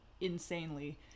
insanely